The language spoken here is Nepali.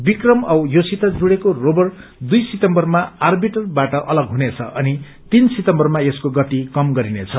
विक्रम औ योसित जुड्रेको रोवर दुई सितम्बरमा आरविंटरबाट अलग हुनेछ अनि सीन सितम्बरमा यसको गति कम गरीनेछ